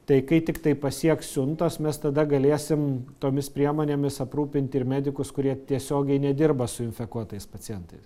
tai kai tiktai pasieks siuntos mes tada galėsim tomis priemonėmis aprūpinti ir medikus kurie tiesiogiai nedirba su infekuotais pacientais